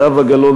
זהבה גלאון,